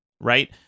right